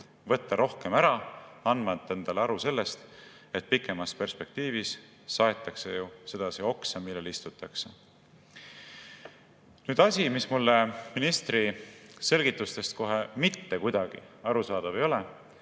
võetakse rohkem ära, andmata endale aru, et pikemas perspektiivis saetakse sedasi ju oksa, millel istutakse. Nüüd, asi, mis mulle ministri selgitustest kohe mitte kuidagi arusaadav ei ole,